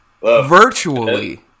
virtually